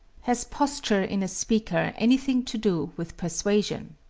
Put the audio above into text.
has posture in a speaker anything to do with persuasion?